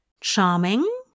Charming